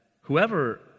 whoever